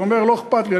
ואומר: לא אכפת לי,